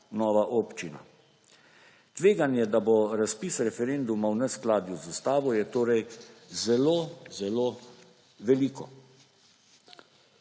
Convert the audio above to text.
nova občina. Tveganje, da bo razpis referenduma v neskladju z Ustavo, je torej zelo zelo veliko.